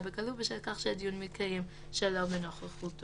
בכלוא בשל כך שהדיון מתקיים שלא בנוכחותו,